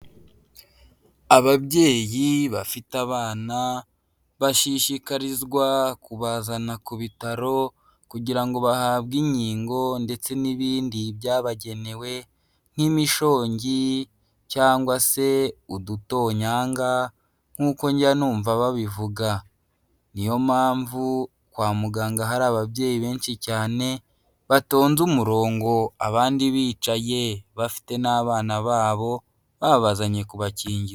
Ababyeyi bafite abana bashishikarizwa kubazana ku bitaro kugira ngo bahabwe inkingo ndetse n'ibindi byabagenewe nk'imishongi cyangwa se udutonyanga nk'uko njya numva babivuga, niyo mpamvu kwa muganga hari ababyeyi benshi cyane batonze umurongo abandi bicaye, bafite n'abana babo babazanye kubakingira.